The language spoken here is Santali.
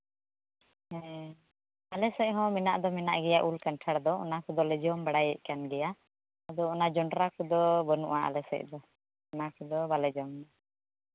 ᱦᱮᱸ ᱟᱞᱮ ᱥᱮᱫ ᱦᱚᱸ ᱢᱮᱱᱟᱜ ᱫᱚ ᱢᱮᱱᱟᱜ ᱜᱮᱭᱟ ᱠᱟᱱᱴᱷᱟᱲ ᱫᱚ ᱚᱱᱟ ᱠᱚᱫᱚᱞᱮ ᱡᱚᱢ ᱵᱟᱲᱟᱭᱮᱫ ᱠᱟᱱ ᱜᱮᱭᱟ ᱟᱫᱚ ᱚᱱᱟ ᱡᱚᱸᱰᱨᱟ ᱠᱚᱫᱚ ᱵᱟᱹᱱᱩᱜᱼᱟ ᱟᱞᱮ ᱥᱮᱫ ᱫᱚ ᱚᱱᱟ ᱠᱚᱫᱚ ᱵᱟᱞᱮ ᱡᱚᱢ ᱜᱮᱭᱟ